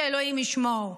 שאלוהים ישמור.